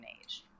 Age